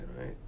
right